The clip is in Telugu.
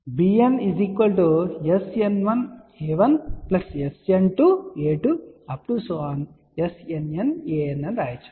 bN SN1a1 SN2a2 SNNaN అని రాయవచ్చు